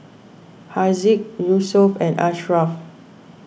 Haziq Yusuf and Ashraff